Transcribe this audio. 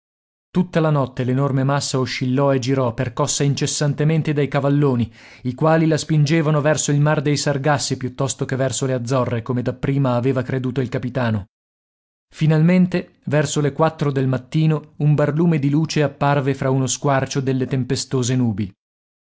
tutta la notte l'enorme massa oscillò e girò percossa incessantemente dai cavalloni i quali la spingevano verso il mar dei sargassi piuttosto che verso le azzorre come dapprima aveva creduto il capitano finalmente verso le quattro del mattino un barlume di luce apparve fra uno squarcio delle tempestose nubi